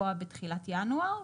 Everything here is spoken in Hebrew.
לפקוע בתחילת ינואר,